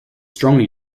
strongly